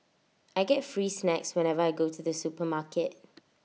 I get free snacks whenever I go to the supermarket